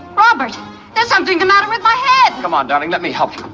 robert there's something the matter with my head. come on darling, let me help you.